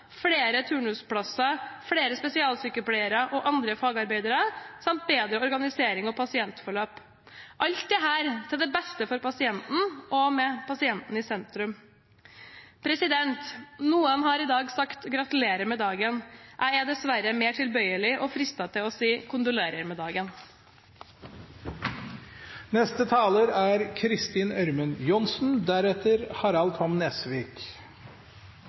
flere plasser innenfor rus og psykiatri, kveldsåpne poliklinikker på sykehusene, større IKT-investeringer, flere turnusplasser, flere spesialsykepleiere og andre fagarbeidere samt bedre organisering og pasientforløp. Alt dette er til beste for pasienten og har pasienten i sentrum. Noen har i dag sagt: Gratulerer med dagen! Jeg er dessverre mer tilbøyelig og fristet til å si om denne dagen: Kondolerer!